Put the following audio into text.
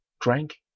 drank